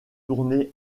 tourner